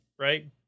right